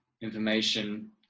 information